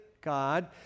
God